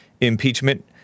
impeachment